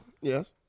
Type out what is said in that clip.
Yes